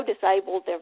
disabled